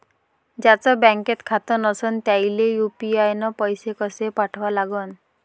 ज्याचं बँकेत खातं नसणं त्याईले यू.पी.आय न पैसे कसे पाठवा लागन?